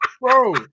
bro